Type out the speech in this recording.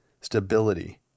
stability